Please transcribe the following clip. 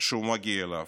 שהוא מגיע אליו.